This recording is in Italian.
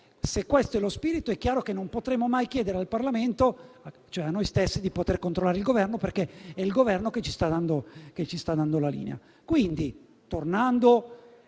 Se questo è lo spirito, è chiaro che non potremo mai chiedere al Parlamento (cioè a noi stessi) di controllare il Governo, perché è l'Esecutivo che ci sta dando la linea.